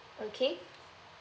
okay